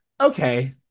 Okay